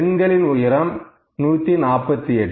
பெண்களின் உயரம் 148